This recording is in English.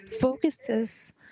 focuses